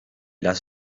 las